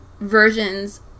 versions